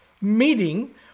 meeting